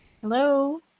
Hello